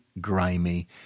grimy